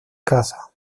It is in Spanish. casa